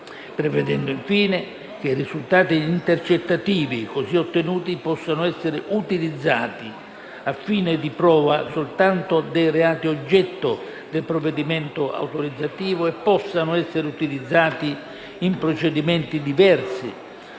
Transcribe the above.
prevedendo, infine, che i risultati intercettativi così ottenuti possano essere utilizzati a fini di prova soltanto dei reati oggetto del provvedimento autorizzativo e possano essere utilizzati in procedimenti diversi